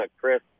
Chris